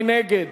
מי נגד?